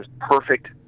perfect